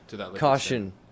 caution